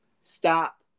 stop